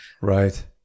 Right